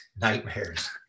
nightmares